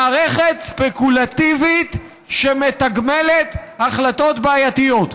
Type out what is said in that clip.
מערכת ספקולטיבית שמתגמלת החלטות בעייתיות,